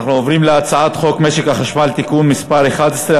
אנחנו עוברים להצעת חוק משק החשמל (תיקון מס' 11),